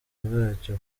bwacyo